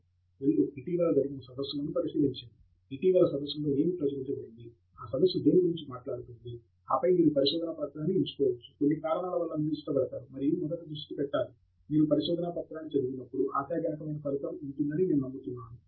professor Andrew Thangaraj వెళ్ళు ఇటీవలి జరిగిన సదస్సులను పరిశీలించండి ఇటీవలి సదస్సులలో ఏమి ప్రచురించబడింది ఆ సదస్సు దేని గురించి మాట్లాడుతోంది ఆపై మీరు పరిశోధనా పత్రాన్ని ఎంచుకోవచ్చు కొన్ని కారణాల వల్ల మీరు ఇష్టపడతారు మరియు మొదట దృష్టి పెట్టాలి మీరు పరిశోధనా పత్రాన్ని చదివినప్పుడు ఆశాజనకమైన ఫలితం ఉంటుందని నేను నమ్ముతున్నాను